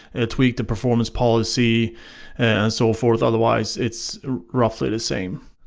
ah tweak the performance policy and so forth, otherwise it's roughly the same.